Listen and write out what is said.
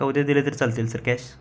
का उद्या दिले तर चालतील सर कॅश